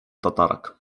tatarak